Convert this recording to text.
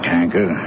Tanker